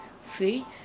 See